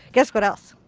guess what else?